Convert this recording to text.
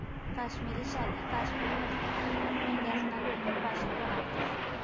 काश्मिरी शाली काश्मीर मधल्या मेंढ्यास्ना लोकर पाशीन बनाडतंस